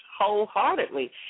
wholeheartedly